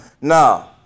No